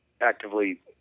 actively